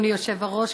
אדוני היושב-ראש,